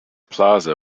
plaza